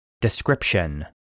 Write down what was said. Description